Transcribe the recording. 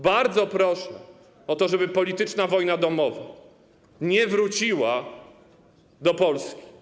Bardzo proszę o to, żeby polityczna wojna domowa nie wróciła do Polski.